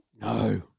No